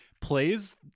plays